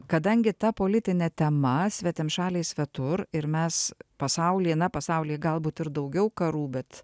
kadangi ta politinė tema svetimšaliai svetur ir mes pasaulyje na pasaulyje galbūt ir daugiau karų bet